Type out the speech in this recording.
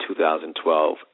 2012